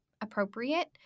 appropriate